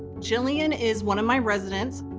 jillian is one of my residents.